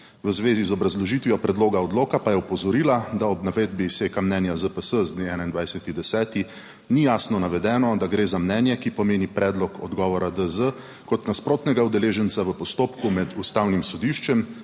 V zvezi z obrazložitvijo predloga odloka pa je opozorila, da ob navedbi mnenja ZPS z dne 21. 10. 2024 ni jasno navedeno, da gre za mnenje, ki pomeni predlog odgovora DZ kot nasprotnega udeleženca v postopku pred Ustavnim sodiščem,